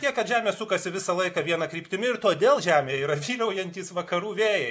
tiek kad žemė sukasi visą laiką viena kryptimi ir todėl žemėj yra vyraujantys vakarų vėjai